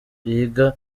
biga